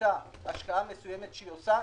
פירטה היום השקעה מסוימת שהיא עושה.